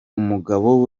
umugabo